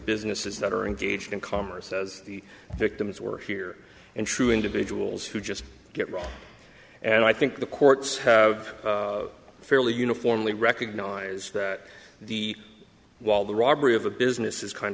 businesses that are engaged in commerce says the victims were here and true individuals who just get robbed and i think the courts have fairly uniformly recognized that the while the robbery of a business is kind